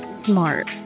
smart